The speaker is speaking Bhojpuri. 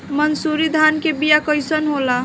मनसुरी धान के बिया कईसन होला?